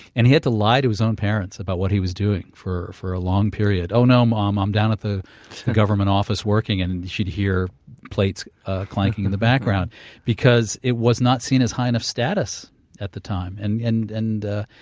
and he had to lie to his own parents about what he was doing for for a long period. oh no mom, i'm down at the government office working, and she'd hear plates ah clanking in the background because it was not seen as high and status at the time. and and and you